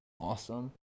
Awesome